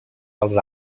als